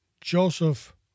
Joseph